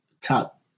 top